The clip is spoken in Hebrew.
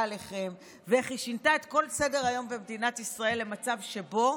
עליכם ואיך היא שינתה את כל סדר-היום במדינת ישראל למצב שבו